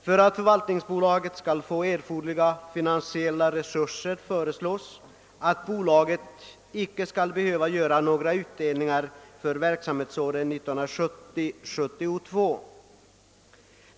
För att förvaltningsbolaget skall få erforderliga finansiella resurser föreslås det att bolaget icke skall behöva göra några utdelningar för verksamhetsåren 1970—1972.